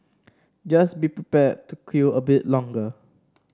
just be prepared to queue a bit longer